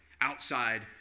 outside